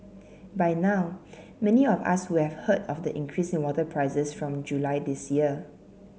by now many of us would have heard of the increase in water prices from July this year